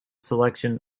selection